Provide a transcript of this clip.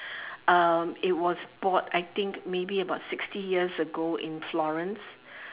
um it was bought I think maybe about sixty years ago in florence